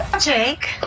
Jake